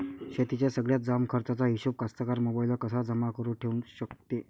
शेतीच्या सगळ्या जमाखर्चाचा हिशोब कास्तकार मोबाईलवर कसा जमा करुन ठेऊ शकते?